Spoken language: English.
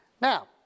Now